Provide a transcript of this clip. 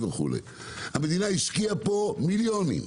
המדינה השקיעה פה מיליונים,